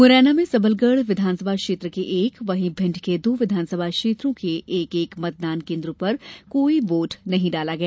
मुरैना में सबलगढ़ विधानसभा क्षेत्र के एक वहीं भिण्ड के दो विधानसभा क्षेत्रों के एक एक मतदान केन्द्रों पर कोई वोट नहीं डाला गया